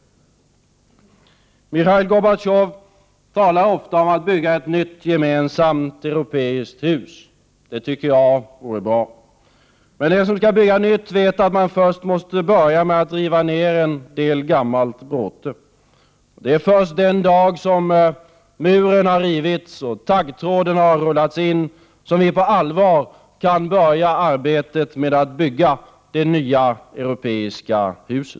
Mikhail Gorbatjov talar ofta om att bygga ett nytt gemensamt europeiskt hus. Det tycker jag vore bra. Men den som skall bygga nytt vet att man måste börja med att riva ned en del gammal bråte. Det är först den dag muren har rivits och taggtråden har rullats in som vi på allvar kan börja arbetet med att bygga det nya europeiska huset.